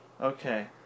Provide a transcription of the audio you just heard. Okay